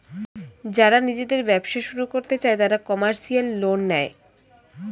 যারা নিজেদের ব্যবসা শুরু করতে চায় তারা কমার্শিয়াল লোন নেয়